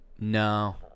No